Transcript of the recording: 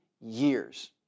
years